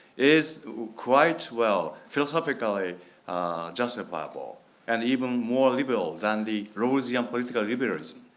is quite well, philosophically justifiable and even more liberal than the roseann political liberalism.